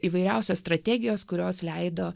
įvairiausios strategijos kurios leido